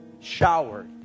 showered